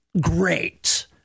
great